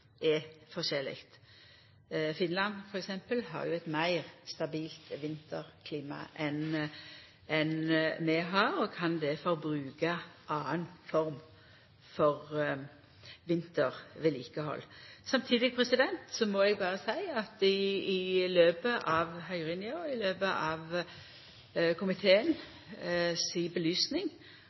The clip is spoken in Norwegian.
er forskjellig. Finland, f.eks., har eit meir stabilt vinterklima enn det vi har, og kan difor bruka ei anna form for vintervedlikehald. Samtidig må eg berre seia at i løpet av høyringa, i løpet av komiteen si